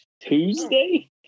Tuesday